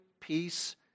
peace